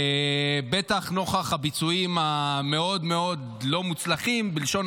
בטח נוכח הביצועים המאוד-מאוד לא מוצלחים בלשון